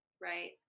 right